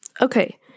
Okay